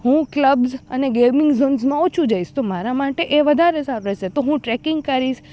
હું ક્લબસ અને ગેમિંગ ઝૉન્સમાં ઓછું જઈશ તો મારા માટે એ વધારે સારું રહેશે તો હું ટ્રેકિંગ કરીશ